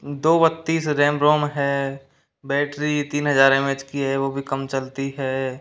दो बत्तीस RAM ROM है बैटरी तीन हजार एम ए एच की है वो भी कम चलती है